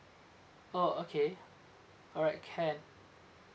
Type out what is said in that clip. oh okay alright can